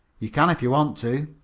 you can if you want to.